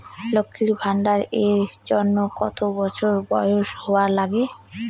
লক্ষী ভান্ডার এর জন্যে কতো বছর বয়স হওয়া লাগে?